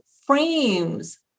frames